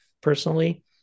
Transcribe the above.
personally